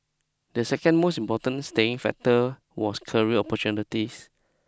the second most important staying factor was career opportunities